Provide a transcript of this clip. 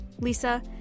lisa